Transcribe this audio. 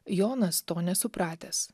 jonas to nesupratęs